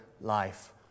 life